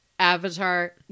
avatar